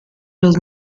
los